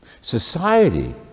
Society